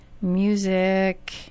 music